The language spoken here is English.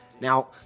Now